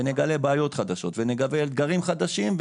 בעיות חדשות ואתגרים חדשים,